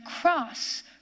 cross